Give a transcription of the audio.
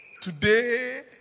Today